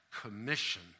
commission